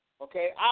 Okay